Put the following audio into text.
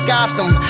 Gotham